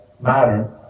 matter